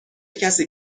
کسی